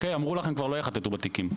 אמרו לכם שכבר לא יחטטו בתיקים,